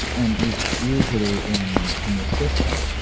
and it's usually in in your system,